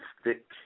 stick